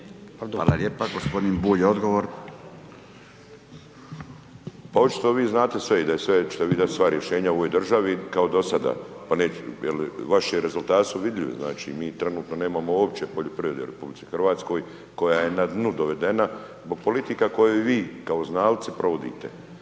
Hvala lijepa, gospodin Bulj odgovor.